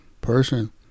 person